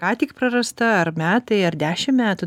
ką tik prarasta ar metai ar dešim metų